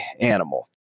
animal